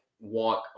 walk